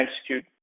execute